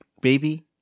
baby